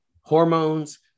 hormones